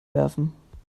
werfen